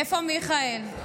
איפה מיכאל?